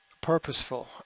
purposeful